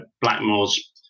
Blackmore's